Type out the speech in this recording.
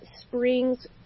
springs